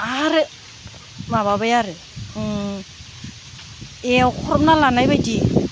आरो माबाबाय आरो एवख्रबना लानाय बायदि